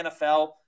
NFL